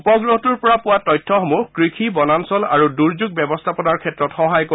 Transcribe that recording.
উপগ্ৰহটোৰ পৰা পোৱা তথ্যসমূহে কৃষি বনাঞ্চল আৰু দুৰ্যোগ ব্যৱস্থাপনাৰ ক্ষেত্ৰত সহায় কৰিব